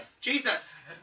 Jesus